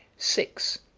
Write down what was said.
six.